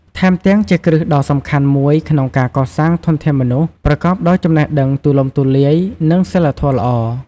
ថែមទាំង ជាគ្រឹះដ៏សំខាន់មួយក្នុងការកសាងធនធានមនុស្សប្រកបដោយចំណេះដឹងទូលំទូលាយ និងសីលធម៌ល្អ។